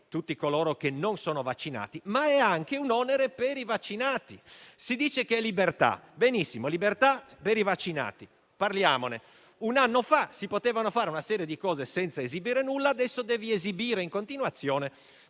tutti coloro che non sono vaccinati, ma è anche un onere per i vaccinati? Si dice che è libertà; benissimo, è libertà per i vaccinati. Parliamone: un anno fa si potevano fare una serie di cose senza esibire nulla, mentre adesso bisogna esibire in continuazione